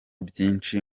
byinshi